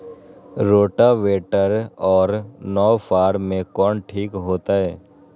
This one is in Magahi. रोटावेटर और नौ फ़ार में कौन ठीक होतै?